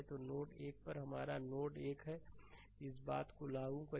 तो नोड 1 पर यह हमारा नोड है 1 इस बात को लागू करें